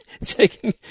taking